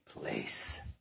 place